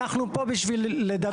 אנחנו פה בשביל לדבר על זה.